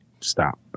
stop